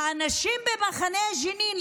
האנשים במחנה ג'נין,